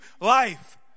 life